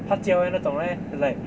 pak jiao eh 那种 leh like